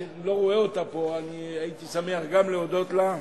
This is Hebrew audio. שאני לא רואה אותה פה והייתי שמח להודות גם לה,